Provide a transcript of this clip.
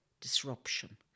disruption